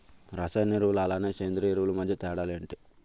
రసాయన ఎరువులు అలానే సేంద్రీయ ఎరువులు మధ్య తేడాలు ఏంటి?